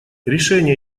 решение